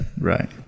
right